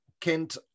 Kent